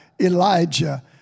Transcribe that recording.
Elijah